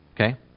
okay